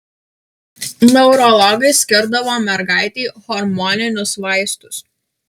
neurologai skirdavo mergaitei hormoninius vaistus